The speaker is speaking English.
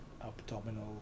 abdominal